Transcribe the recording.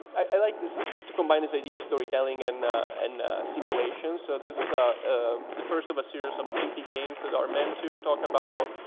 i like this to combine this idea of storytelling and and simulation so this is a first of a series of city games that are meant to talk about.